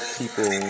people